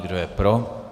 Kdo je pro?